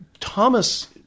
Thomas